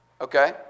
Okay